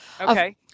Okay